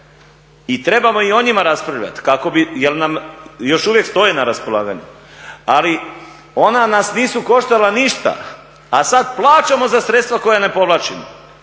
i trebamo i o njima raspravljati, kako bi, jer nam još uvijek stoje na raspolaganju, ali ona nas nisu koštala ništa, a sada plaćamo za sredstva koja ne povlačimo.